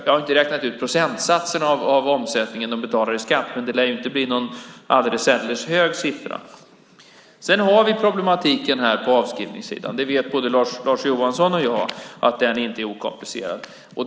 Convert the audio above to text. Jag har inte räknat ut procentsatserna av omsättningen de betalar i skatt, men det lär inte bli någon alldeles särdeles hög siffra. Vi har problemet på avskrivningssidan. Både Lars Johansson och jag vet att den inte är okomplicerad.